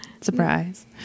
surprise